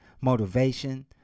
motivation